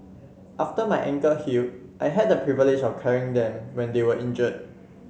after my ankle healed I had the privilege of carrying them when they were injured